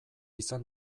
izan